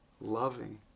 loving